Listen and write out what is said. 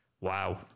Wow